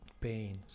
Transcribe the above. pain